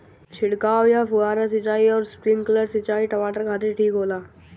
छिड़काव या फुहारा सिंचाई आउर स्प्रिंकलर सिंचाई टमाटर खातिर ठीक होला?